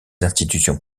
institutions